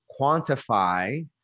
quantify